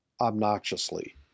obnoxiously